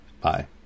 Bye